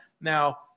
Now